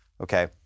Okay